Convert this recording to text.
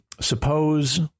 suppose